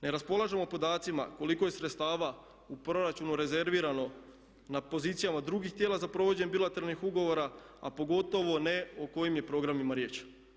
Ne raspolažemo podacima koliko je sredstava u proračunu rezervirano na pozicijama drugih tijela za provođenje bilateralnih ugovora, a pogotovo ne o kojim je programima riječ.